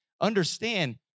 Understand